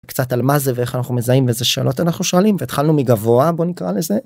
קצת על מה זה ואיך אנחנו מזהים איזה שאלות אנחנו שואלים והתחלנו מגבוה בוא נקרא לזה.